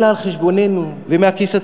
אלא על חשבוננו ומהכיס הציבורי,